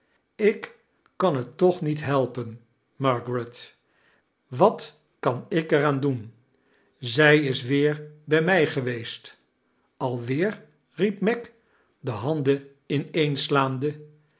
ik kan het toen niet helpen margaret wat kan ik er aan doen zij is weer bij mij geweest alweer riep meg de handen ineenslaande